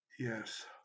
Yes